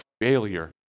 failure